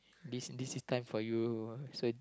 this this is time for you so